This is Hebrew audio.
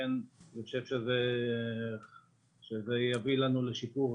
ולכן אני חושב שזה יביא לשיפור